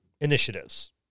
initiatives